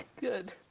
good